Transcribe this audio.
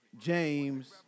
James